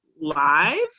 live